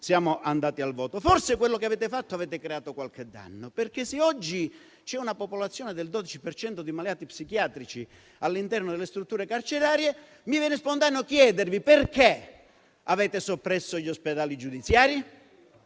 siamo andati al voto. Forse quello che avete fatto è stato creare qualche danno. Se oggi infatti c'è una popolazione del 12 per cento di malati psichiatrici all'interno delle strutture carcerarie, mi viene spontaneo chiedervi perché avete soppresso gli ospedali giudiziari.